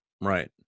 Right